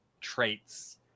traits